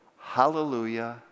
hallelujah